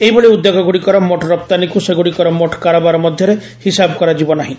ଏହିଭଳି ଉଦ୍ୟୋଗଗୁଡ଼ିକର ମୋଟ୍ ରପ୍ତାନୀକୁ ସେଗୁଡ଼ିକର ମୋଟ୍ କାରବାର ମଧ୍ୟରେ ହିସାବ କରାଯିବ ନାହିଁ